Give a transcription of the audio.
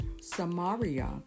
Samaria